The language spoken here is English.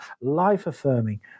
life-affirming